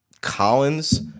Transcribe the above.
Collins